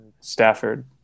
Stafford